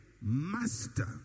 Master